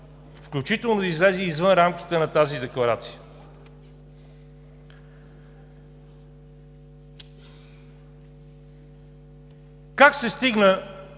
включително излезе извън рамките на тази декларация. Как се стигна